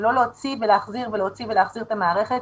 ולא להוציא ולהחזיר ולהוציא ולהחזיר את המערכת